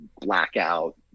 blackout